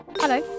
Hello